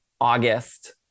August